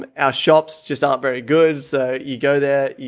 um our shops just aren't very good. so you go there,